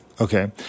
Okay